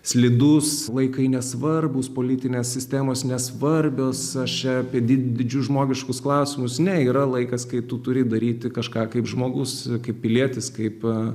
slidus laikai nesvarbūs politinės sistemos nesvarbios aš čia apie didžius žmogiškus klausimus ne yra laikas kai tu turi daryti kažką kaip žmogus kaip pilietis kaip